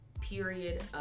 period